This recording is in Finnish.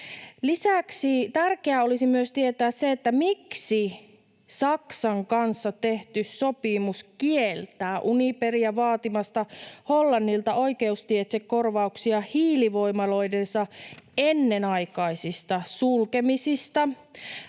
Lisäksi tärkeää olisi myös tietää se, miksi Saksan kanssa tehty sopimus kieltää Uniperia vaatimasta Hollannilta oikeusteitse korvauksia hiilivoimaloidensa ennenaikaisista sulkemisista.